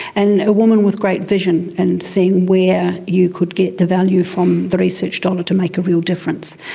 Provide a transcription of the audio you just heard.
and a woman with great vision and seeing where you could get the value from the research dollar to make a real difference.